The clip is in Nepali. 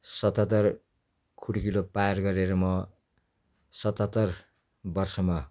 सतहत्तर खुड्किलो पार गरेर म सतहत्तर वर्षमा